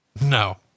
No